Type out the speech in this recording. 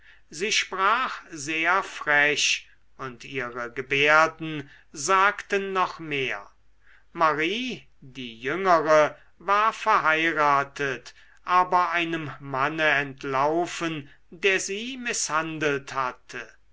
sie sprach sehr frech und ihre gebärden sagten noch mehr marie die jüngere war verheiratet aber einem manne entlaufen der sie mißhandelt hatte